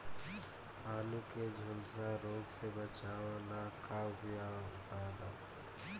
आलू के झुलसा रोग से बचाव ला का उपाय बा?